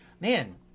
man